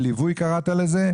הליווי קראת לזה,